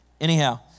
Anyhow